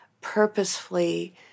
purposefully